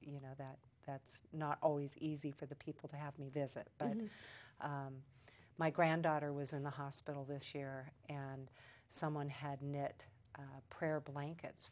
you know that that's not always easy for the people to have me this it but my granddaughter was in the hospital this year and someone had knit prayer blankets